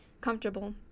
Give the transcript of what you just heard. comfortable